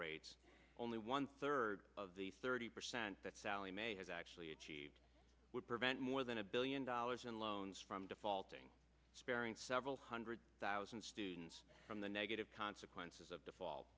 rates only one third of the thirty percent that sallie mae has actually achieved would prevent more than a billion dollars in loans from defaulting sparing several hundred thousand students from the negative consequences of default